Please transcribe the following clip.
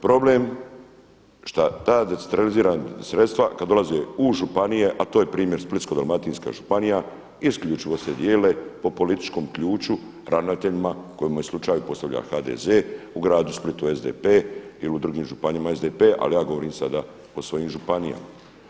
Problem što ta decentralizirana sredstva kada dolaze u županije, a to je primjer Splitsko-dalmatinska županija isključivo se dijele po političkom ključu ravnateljima … [[ne razumije se]] postavlja HDZ-e, u gradu Splitu SDP-e, ili u drugim županijama SDP-e, ali ja govorim sada o svojim županijama.